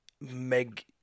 Meg